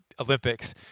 Olympics